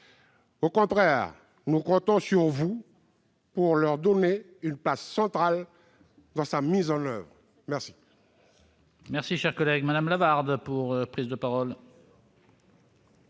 Au contraire, nous comptons sur vous pour leur donner une place centrale dans sa mise en oeuvre. La